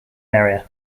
area